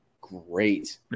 great